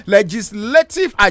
Legislative